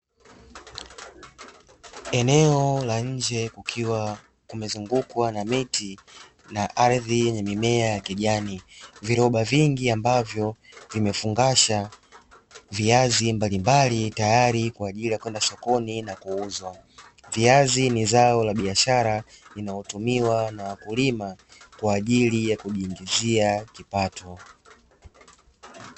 Eneo la nje kukiwa kumezungukwa na miti na ardhi yenye mimea ya kijani viroba vingi ambavyo vimefungasha viazi mbalimbali tayari kwa ajili ya kwenda sokoni na kuuzwa, viazi ni zao la biashara ninaotumiwa na wakulima kwa ajili ya kujiingizia kipato.